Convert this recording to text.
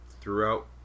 throughout